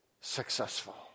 successful